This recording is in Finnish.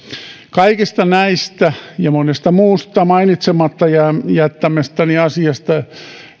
kaikista näistä ja monesta muusta mainitsematta jättämästäni asiasta